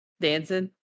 Dancing